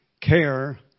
care